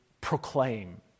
proclaim